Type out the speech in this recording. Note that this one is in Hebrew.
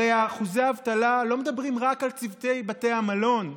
הרי אחוזי האבטלה לא מדברים רק על צוותי בתי המלון,